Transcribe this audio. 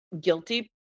guilty